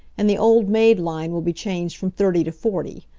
and the old maid line will be changed from thirty to forty.